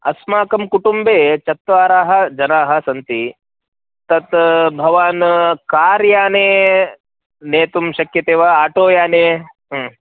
अस्माकं कुटुम्बे चत्वाराः जनाः सन्ति तत् भवान् कार् याने नेतुं शक्यते वा आटो याने